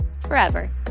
forever